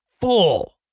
full